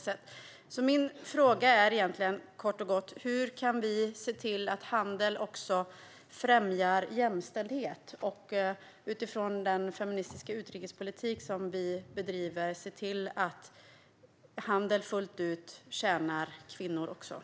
Så min fråga är kort och gott: Hur kan vi se till att handel också främjar jämställdhet och utifrån den feministiska utrikespolitik som vi bedriver se till att handel fullt ut tjänar även kvinnor?